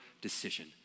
decision